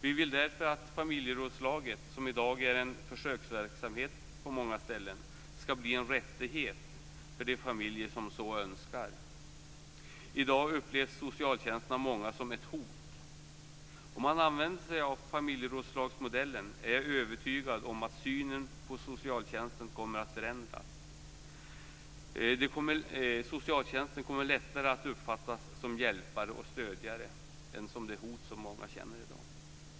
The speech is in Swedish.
Vi vill därför att familjerådslaget, som i dag är en försöksverksamhet på många ställen, skall bli en rättighet för de familjer som så önskar. I dag upplevs socialtjänsten av många som ett hot. Om man använder sig av familjerådslagsmodellen är jag övertygad om att synen på socialtjänsten kommer att förändras. Socialtjänsten kommer lättare att kunna uppfattas som hjälpare och stödjare och inte som ett hot som många känner i dag.